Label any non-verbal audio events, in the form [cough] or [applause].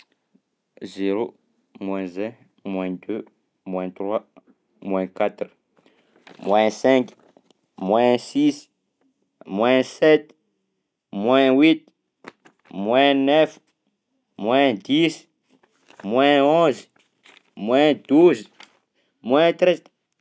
Zéro, moins un, moins deux, moins trois, moins quatre, [noise] moins cinq, moins six, moins sept, moins huit, [noise] moins neuf, moins dix, [noise] moins onze, [noise] moins douze, [noise] moins treize.